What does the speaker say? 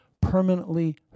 permanently